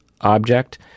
object